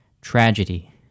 tragedy